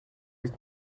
luc